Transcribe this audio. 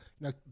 now